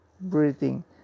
breathing